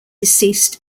deceased